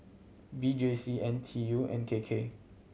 V J C N T U and K K